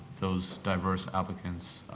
those diverse applicants